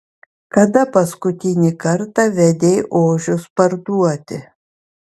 kada paskutinį kartą vedei ožius parduoti